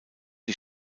die